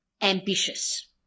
ambitious